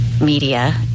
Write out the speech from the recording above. media